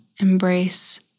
embrace